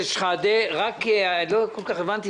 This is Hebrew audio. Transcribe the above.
רק לא כל כך הבנתי.